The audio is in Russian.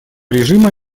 режима